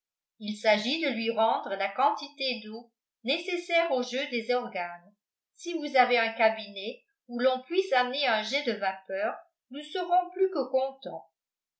il s'agit de lui rendre la quantité d'eau nécessaire au jeu des organes si vous avez un cabinet où l'on puisse amener un jet de vapeur nous serons plus que contents